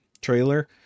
trailer